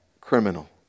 criminal